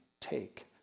take